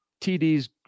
TDs